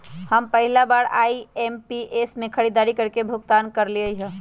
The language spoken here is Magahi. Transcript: हम पहिला बार आई.एम.पी.एस से खरीदारी करके भुगतान करलिअई ह